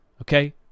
Okay